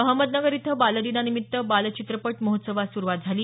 अहमनदनगर इथं बालदिनानिमित्त बाल चित्रपट महोत्सवास सुरुवात झाली